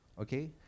okay